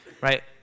right